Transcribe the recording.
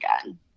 again